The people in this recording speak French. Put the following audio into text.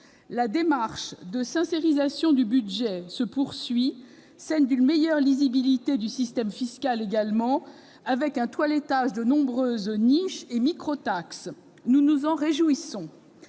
La démarche de « sincérisation » du budget se poursuit, l'amélioration de la lisibilité du système fiscal progresse, avec le toilettage de nombreuses niches et microtaxes. Nous nous en réjouissons.